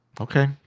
Okay